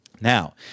Now